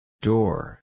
Door